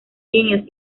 líneas